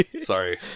Sorry